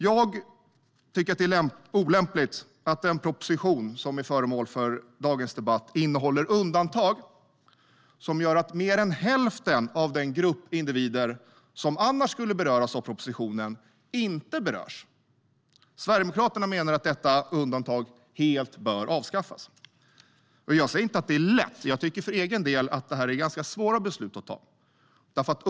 Jag tycker att det är olämpligt att den proposition som är föremål för dagens debatt innehåller undantag som gör att mer än hälften av den grupp individer som annars skulle beröras av propositionen inte berörs. Sverigedemokraterna menar att detta undantag helt bör avskaffas. Jag säger inte att det är lätt. Jag tycker för egen del att det är svåra beslut att fatta.